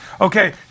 Okay